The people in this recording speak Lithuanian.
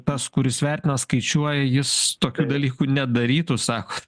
tas kuris vertina skaičiuoja jis tokių dalykų nedarytų sako